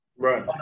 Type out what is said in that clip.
Right